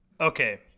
Okay